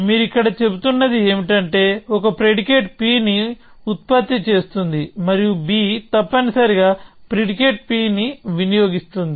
మీరు ఇక్కడ చెబుతున్నది ఏమిటంటే ఒక ప్రిడికేట్ P ని ఉత్పత్తి చేస్తుంది మరియు b తప్పనిసరిగా ప్రిడికేట్ P ని వినియోగిస్తుంది